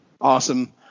Awesome